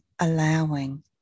allowing